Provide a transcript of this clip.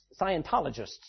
Scientologists